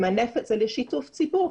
למנף את זה לשיתוף ציבור,